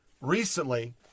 recently